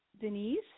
Denise